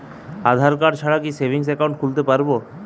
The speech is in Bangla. আধারকার্ড ছাড়া কি সেভিংস একাউন্ট খুলতে পারব?